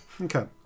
Okay